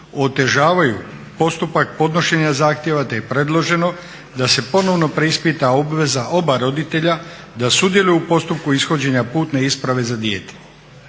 otežavaju postupak podnošenja zahtjeva te je predloženo da se ponovno preispita obveza oba roditelja da sudjeluju u postupku ishođenja putne isprave za dijete.